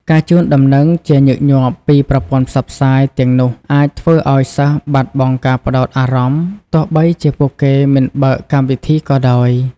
ការជូនដំណឹងជាញឹកញាប់ពីប្រព័ន្ធផ្សព្វផ្សាយទាំងនោះអាចធ្វើឱ្យសិស្សបាត់បង់ការផ្តោតអារម្មណ៍ ទោះបីជាពួកគេមិនបើកកម្មវិធីក៏ដោយ។